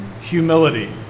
humility